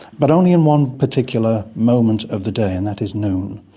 but only in one particular moment of the day, and that is noon.